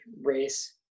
race